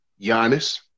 Giannis